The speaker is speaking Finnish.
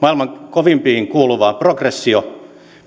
kovimpiin kuuluva progressio